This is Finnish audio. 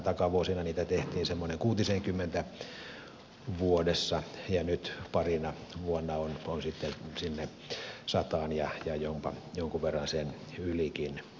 takavuosina niitä tehtiin semmoinen kuutisenkymmentä vuodessa ja nyt parina vuonna on sitten sinne sataan ja jopa jonkun verran sen ylikin päästy